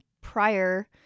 prior